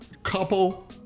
Couple